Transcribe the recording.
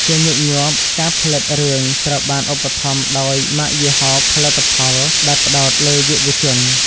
ជាញឹកញាប់ ការផលិតរឿង ត្រូវបានឧបត្ថម្ភដោយម៉ាកយីហោផលិតផលដែលផ្តោតលើយុវជន។